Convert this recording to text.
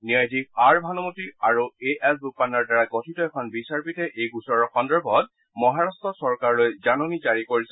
ন্যায়াধীশ আৰ ভানুমতি আৰু এ এছ বোপান্নাৰ দ্বাৰা গঠিত এখন বিচাৰপীঠে এই গোচৰৰ সন্দৰ্ভত মহাৰাট্ট চৰকাৰলৈ জাননী জাৰি কৰিছে